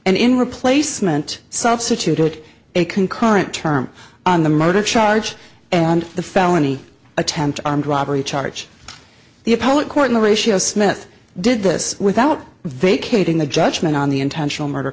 and in replacement substituted a concurrent term on the murder charge and the felony attempt armed robbery charge the appellate court in a ratio smith did this without vacating the judgment on the intentional murder